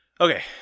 Okay